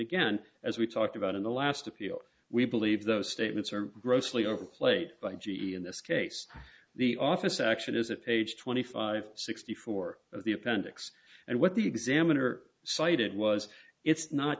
again as we talked about in the last appeal we believe those statements are grossly over played by g e in this case the office action is a page twenty five sixty four of the appendix and what the examiner cited was it's not